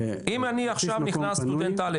אם אני עכשיו נכנס סטודנט א',